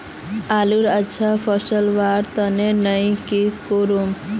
आलूर अच्छा फलवार तने नई की करूम?